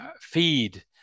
feed